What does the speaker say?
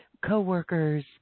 coworkers